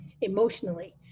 emotionally